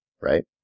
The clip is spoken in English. right